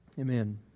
Amen